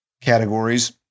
categories